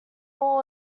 all